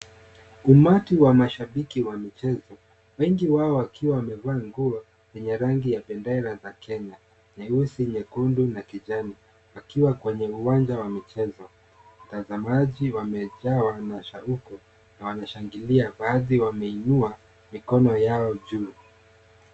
Umati wa mashabiki wa michezo wengi wao wakiwa wamevaa nguo yenye rangi ya bendera ya Kenya nyeusi nyekundu na kijani wakiwa kwenye uwanja wa michezo watazamaji wamejawa na shauku na wanashangilia baadhi wameinua mikono yao juu.